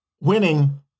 winning